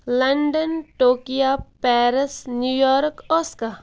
London Tokyo Paris New York آسکا